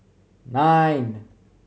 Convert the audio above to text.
nine